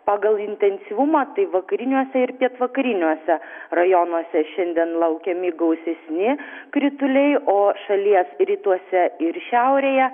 pagal intensyvumą tai vakariniuose ir pietvakariniuose rajonuose šiandien laukiami gausesni krituliai o šalies rytuose ir šiaurėje